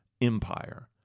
empire